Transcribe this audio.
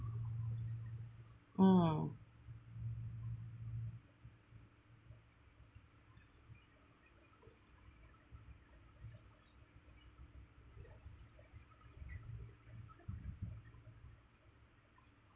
mm